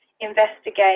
investigate